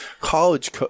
college